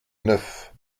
neuf